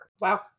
Wow